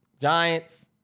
Giants